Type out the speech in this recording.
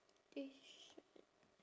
they should